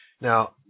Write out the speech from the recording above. now